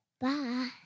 bye